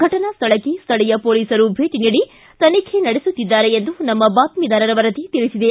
ಘಟನಾ ಸ್ಥಳಕ್ಕೆ ಸ್ಥಳೀಯ ಪೋಲಿಸರು ಭೇಟಿ ನೀಡಿ ತನಿಬೆ ನಡೆಸುತ್ತಿದ್ದಾರೆ ಎಂದು ನಮ್ಮ ಬಾತ್ಮಿದಾರರ ವರದಿ ತಿಳಿಸಿದೆ